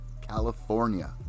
California